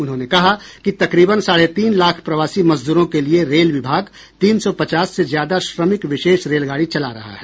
उन्होंने कहा कि तकरीबन साढे तीन लाख प्रवासी मजदूरों के लिए रेल विभाग तीन सौ पचास से ज्यादा श्रमिक विशेष रेलगाडी चला रहा है